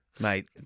Mate